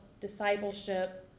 discipleship